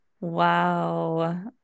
Wow